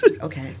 okay